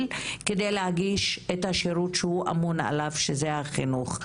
על מנת להנגיש את השירות שעליו הוא אמון וזה החינוך.